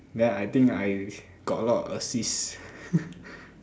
then I think I got a lot of assist